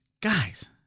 Guys